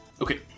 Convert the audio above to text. Okay